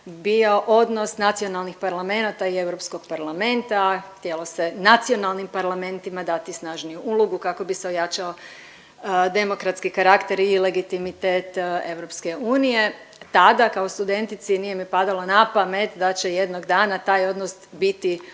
bio odnos nacionalnih parlamenata i Europskog parlamenta, htjelo se nacionalnim parlamentima dati snažniju ulogu kako bi se ojačao demokratski karakter i legitimitet Europske unije. Tada kao studentici nije mi padalo na pamet da će jednog dana biti